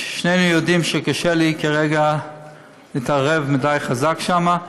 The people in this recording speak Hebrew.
שנינו יודעים שקשה לי כרגע להתערב חזק מדי שם.